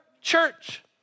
church